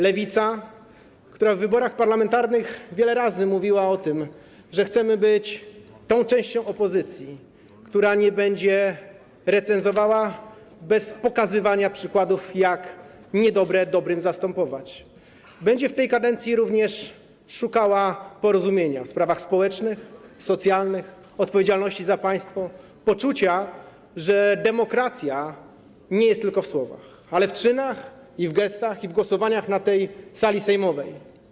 Lewica, która w wyborach parlamentarnych wiele razy mówiła o tym, że chcemy być tą częścią opozycji, która nie będzie recenzowała bez pokazywania przykładów, jak niedobre dobrym zastępować, będzie w tej kadencji również szukała porozumienia w sprawach społecznych, socjalnych, odpowiedzialności za państwo, poczucia, że demokracja nie jest tylko w słowach, ale też w czynach i w gestach, i w głosowaniach na tej sali sejmowej.